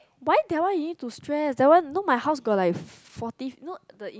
why that one you need to stress that one know my house got like f~ forty you know the in